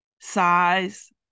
Size